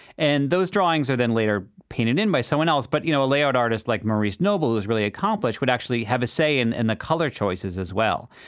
and those drawings are then later painted in by someone else but you know, layout artist like maurice noble, who is really accomplished, would actually have a say in and the color choices as well.